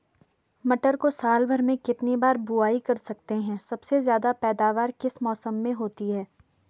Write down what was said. मटर को साल भर में कितनी बार बुआई कर सकते हैं सबसे ज़्यादा पैदावार किस मौसम में होती है?